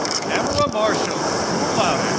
tamara marshall, cum laude. ah